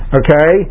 okay